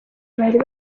bari